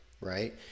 right